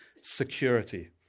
security